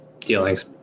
dealings